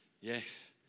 Yes